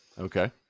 Okay